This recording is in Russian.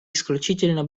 исключительно